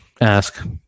Ask